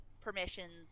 permissions